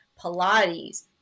Pilates